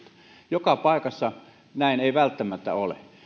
joka paikassa näin ei välttämättä ole